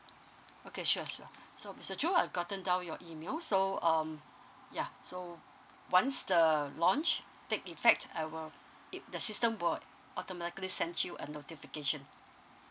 okay sure sure so mister choo I've gotten down your email so um ya so once the launch take effect I will it will the system will automatically send you a notification